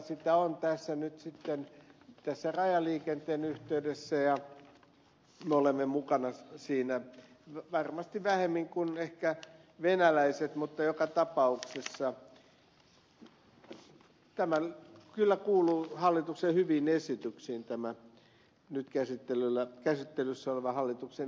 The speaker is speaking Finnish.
sitä on nyt sitten tässä rajaliikenteen yhteydessä ja me olemme mukana siinä varmasti vähemmän kuin ehkä venäläiset mutta joka tapauksessa tämä nyt käsittelyssä oleva hallituksen esitys kyllä kuuluu hallituksen hyviin esityksiin tämä nyt käsitellä käsittelyssä oleva hallituksen